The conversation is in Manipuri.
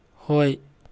ꯍꯣꯏ